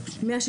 אבל נמצאו